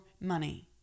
money